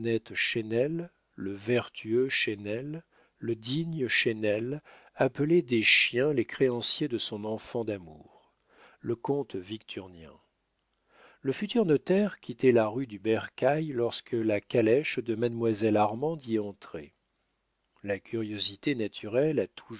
le vertueux chesnel le digne chesnel appelait des chiens les créanciers de son enfant d'amour le comte victurnien le futur notaire quittait la rue du bercail lorsque la calèche de mademoiselle armande y entrait la curiosité naturelle à